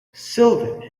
sylvan